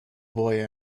boy